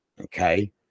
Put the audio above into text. okay